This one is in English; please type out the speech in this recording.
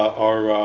our.